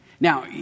Now